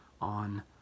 on